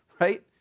right